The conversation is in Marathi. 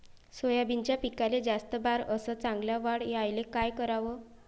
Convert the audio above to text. सोयाबीनच्या पिकाले जास्त बार अस चांगल्या वाढ यायले का कराव?